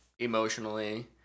Emotionally